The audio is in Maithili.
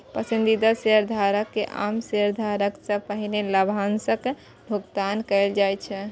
पसंदीदा शेयरधारक कें आम शेयरधारक सं पहिने लाभांशक भुगतान कैल जाइ छै